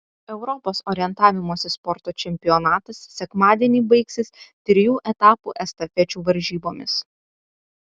europos orientavimosi sporto čempionatas sekmadienį baigsis trijų etapų estafečių varžybomis